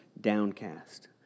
downcast